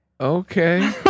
Okay